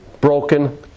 broken